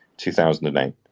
2008